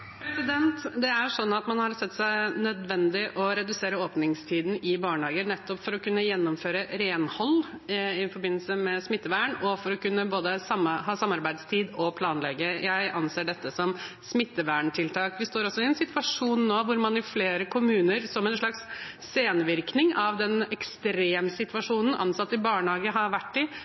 Det er sånn at man har sett det som nødvendig å redusere åpningstiden i barnehagen for å kunne gjennomføre renhold i forbindelse med smittevern og for å kunne ha samarbeidstid og å planlegge. Jeg anser dette som smitteverntiltak. Vi står også i en situasjon nå der man i flere kommuner som en slags senvirkning av den ekstremsituasjonen ansatte i barnehager har vært i,